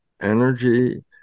Energy